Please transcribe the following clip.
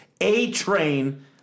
A-Train